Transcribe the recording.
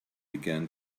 began